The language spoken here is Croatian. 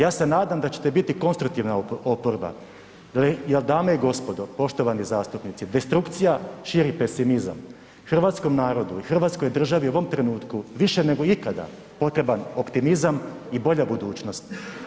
Ja se nadam da ćete biti konstruktivna oporba, jer, dame i gospodo, poštovani zastupnici, destrukcija širi pesimizam, hrvatskom narodu i hrvatskoj državi u ovom trenutku, više nego ikad potreban optimizam i bolja budućnost.